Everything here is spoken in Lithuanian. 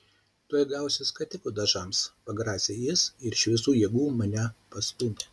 tuoj gausi skatikų dažams pagrasė jis ir iš visų jėgų mane pastūmė